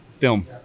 film